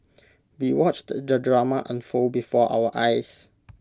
we watched the drama unfold before our eyes